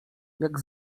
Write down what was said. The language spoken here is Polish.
jak